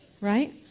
right